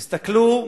תסתכלו,